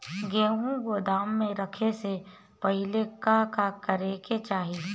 गेहु गोदाम मे रखे से पहिले का का करे के चाही?